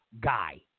guy